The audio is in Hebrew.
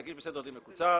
תגיש בסדר דין מקוצר.